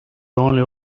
only